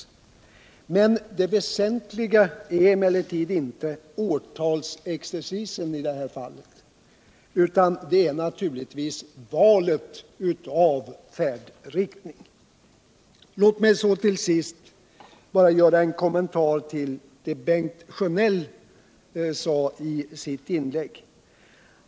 Det väsentliga i det här fallet är emellertid inte årtalsexereisen utan naturligtvis valet av färdriktning. Låt mig till sist göra en kommentar till vad Bengt Sjönell sade i sit inlägg.